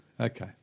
Okay